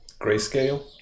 grayscale